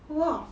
!wah!